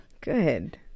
Good